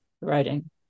writing